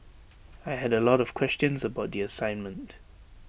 I had A lot of questions about the assignment